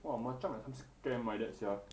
!wah! macam like some scam like that sia